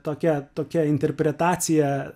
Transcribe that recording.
tokia tokia interpretacija